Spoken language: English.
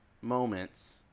moments